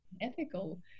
ethical